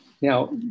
Now